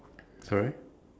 sorry